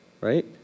right